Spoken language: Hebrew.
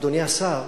אדוני השר,